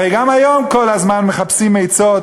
הרי גם היום כל הזמן מחפשים עצות